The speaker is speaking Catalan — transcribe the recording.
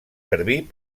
servir